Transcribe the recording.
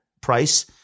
price